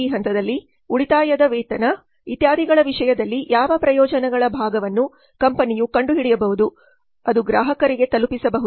ಈ ಹಂತದಲ್ಲಿ ಉಳಿತಾಯದ ವೇತನ ಇತ್ಯಾದಿಗಳ ವಿಷಯದಲ್ಲಿ ಯಾವ ಪ್ರಯೋಜನಗಳ ಭಾಗವನ್ನು ಕಂಪನಿಯು ಕಂಡುಹಿಡಿಯಬಹುದು ಅದು ಗ್ರಾಹಕರಿಗೆ ತಲುಪಿಸಬಹುದೇ